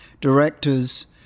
directors